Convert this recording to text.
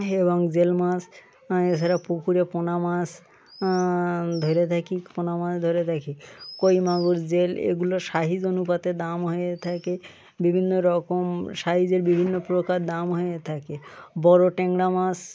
এবং জিওল মাছ এছাড়া পুকুরে পোনা মাছ ধরে থাকি পোনা মাছ ধরে দেখি কৈ মাগুর জিওল এগুলো সাইজ অনুপাতে দাম হয়ে থাকে বিভিন্ন রকম সাইজের বিভিন্ন প্রকার দাম হয়ে থাকে বড় ট্যাংরা মাছ